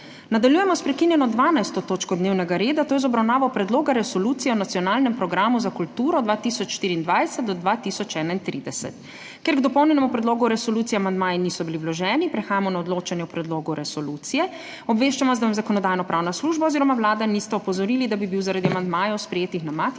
Nadaljujemo s **prekinjeno 12. točko dnevnega reda, to je z obravnavo Predloga resolucije o nacionalnem programu za kulturo 2024–2031.** Ker k dopolnjenemu predlogu resolucije amandmaji niso bili vloženi, prehajamo na odločanje o predlogu resolucije. Obveščam vas, da me Zakonodajno-pravna služba oziroma Vlada nista opozorili, da bi bil zaradi amandmajev, sprejetih na